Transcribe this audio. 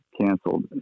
canceled